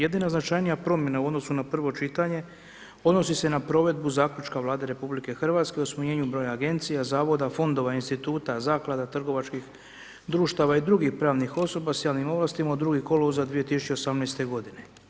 Jedina značajnija promjena u odnosu na prvo čitanje odnosi se na provedbu zaključka Vlade RH o smanjenju broja agencija, zavoda, fondova, instituta, zaklada, trgovačkih društava i drugih pravnih osoba s javnim ovlastima od 2. kolovoza 2018. godine.